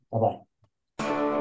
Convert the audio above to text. bye-bye